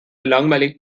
langweilig